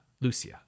Lucia